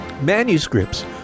Manuscripts